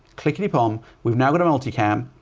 click we've um we've now got a multi-cam.